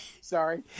Sorry